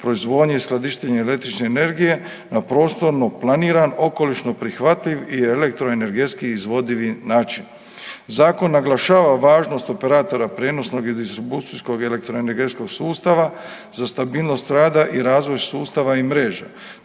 proizvodnje i skladištenja električne energije, na prostorno planiran, okolišno prihvatljiv i elektroenergetski izvoditi način. Zakon naglašava važnost operatora prijenosnog i distribucijskog elektroenergetskog sustava, za stabilnost rada i razvoj sustava i mreža,